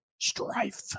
Strife